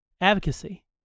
Advocacy